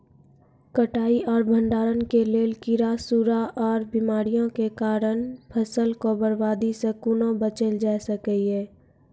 कटाई आर भंडारण के लेल कीड़ा, सूड़ा आर बीमारियों के कारण फसलक बर्बादी सॅ कूना बचेल जाय सकै ये?